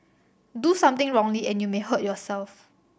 do something wrongly and you may hurt yourself